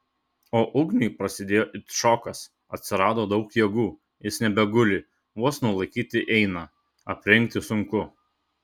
o ugniui prasidėjo it šokas atsirado daug jėgų jis nebeguli vos nulaikyti eina aprengti sunku